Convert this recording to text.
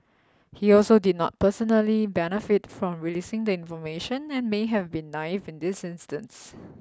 he also did not personally benefit from releasing the information and may have been naive in this instance